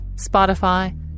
Spotify